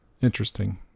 Interesting